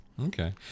Okay